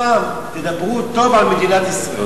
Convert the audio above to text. פעם תדברו טוב על מדינת ישראל.